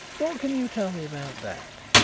what can you tell me about that?